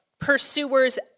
pursuers